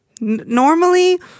normally